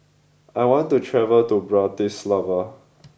I want to travel to Bratislava